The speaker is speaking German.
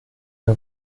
der